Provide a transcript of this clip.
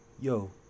yo